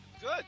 Good